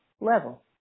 level